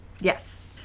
Yes